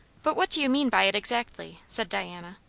but what do you mean by it exactly? said diana.